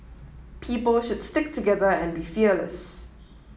people should stick together and be fearless